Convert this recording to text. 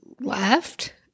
left